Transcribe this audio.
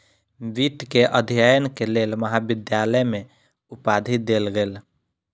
वित्त के अध्ययन के लेल महाविद्यालय में उपाधि देल गेल